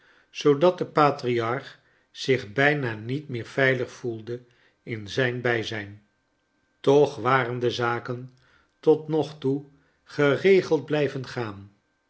zoodat de patriarch zich bijna niet meer veilig voelde in zijn bijzijn toch waren de zaken tot nog toe geregeld blijven gaan